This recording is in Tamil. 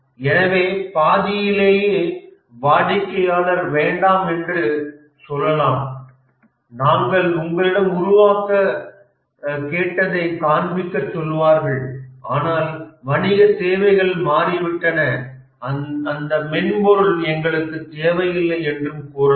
எனவே பாதியிலேயே வாடிக்கையாளர் வேண்டாம் என்று சொல்லலாம் நாங்கள் உங்களிடம் உருவாக்கக் கேட்டதைக் காண்பிக்க சொல்வார்கள் ஆனால் வணிகத் தேவைகள் மாறிவிட்டன அந்த மென்பொருள் இப்பொழுது எங்களுக்குத் தேவையில்லை என்றும் கூறலாம்